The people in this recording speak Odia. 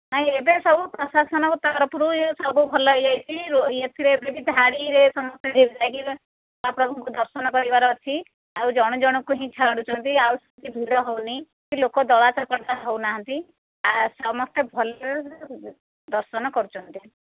ନାଇଁ ଏବେ ସବୁ ପ୍ରଶାସନ ତରଫରୁ ସବୁ ଭଲ ହୋଇଯାଇଛି ଏଥିରେ ଏବେ ବି ଧାଡ଼ିରେ ସମସ୍ତେ ଲାଗି ପ୍ରଭୁଙ୍କୁ ଦର୍ଶନ କରିବାର ଅଛି ଆଉ ଜଣ ଜଣକୁ ହିଁ ଛାଡ଼ୁଛନ୍ତି ଆଉ ସେମିତି ଭିଡ଼ ହେଉନି କି ଲୋକ ଦଳା ଚକଟା ହେଉନାହାନ୍ତି ଆଉ ସମସ୍ତେ ଭଲରେ ଦର୍ଶନ କରୁଛନ୍ତି